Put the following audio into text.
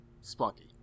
Spunky